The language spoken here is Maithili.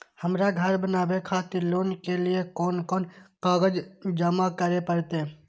हमरा घर बनावे खातिर लोन के लिए कोन कौन कागज जमा करे परते?